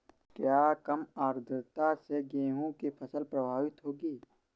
क्या कम आर्द्रता से गेहूँ की फसल प्रभावित होगी?